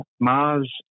Mars